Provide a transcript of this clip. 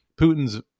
Putin's